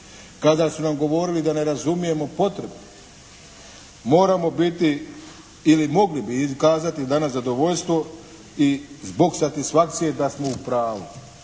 kada su nam govorili da ne razumijemo potrebu. Moramo biti ili mogli bi im kazati danas zadovoljstvo i zbog satisfakcije da smo u pravu.